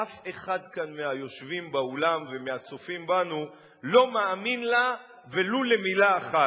אף אחד כאן מהיושבים באולם ומהצופים בנו לא מאמין לה ולו למלה אחת.